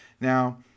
Now